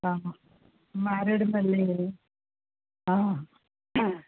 Maredumilli